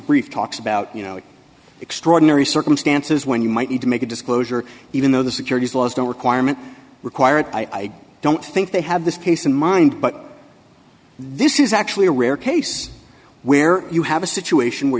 brief talks about you know extraordinary circumstances when you might need to make a disclosure even though the securities laws don't requirement require it i don't think they have this case in mind but this is actually a rare case where you have a situation where